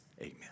Amen